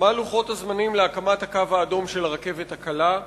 מה לוחות הזמנים להקמת "הקו האדום" של הרכבת הקלה?